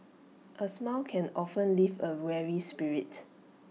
A smile can often lift A weary spirit